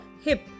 Hip